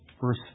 Verse